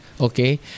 Okay